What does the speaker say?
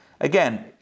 Again